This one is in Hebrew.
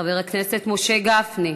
חבר הכנסת משה גפני,